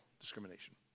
discrimination